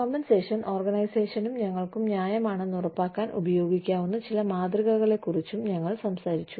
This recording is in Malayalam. കോമ്പൻസേഷൻ ഓർഗനൈസേഷനും ഞങ്ങൾക്കും ന്യായമാണെന്ന് ഉറപ്പാക്കാൻ ഉപയോഗിക്കാവുന്ന ചില മാതൃകകളെക്കുറിച്ചും ഞങ്ങൾ സംസാരിച്ചു